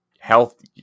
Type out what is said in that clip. Health